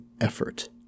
effort